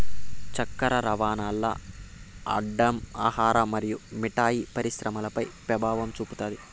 చక్కర రవాణాల్ల అడ్డం ఆహార మరియు మిఠాయి పరిశ్రమపై పెభావం చూపుతాది